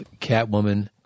Catwoman